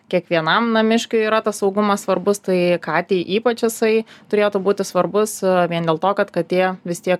kiekvienam namiškiui yra tas saugumas svarbus tai katei ypač jisai turėtų būti svarbus vien dėl to kad katė vis tiek